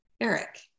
eric